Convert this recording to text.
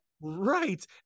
right